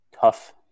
Tough